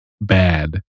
bad